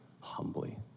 humbly